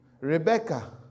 Rebecca